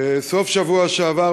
בסוף השבוע שעבר,